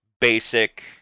basic